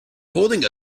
holding